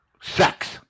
sex